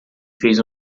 fez